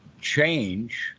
change